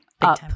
up